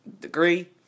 degree